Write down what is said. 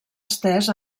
estès